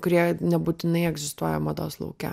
kurie nebūtinai egzistuoja mados lauke